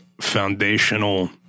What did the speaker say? foundational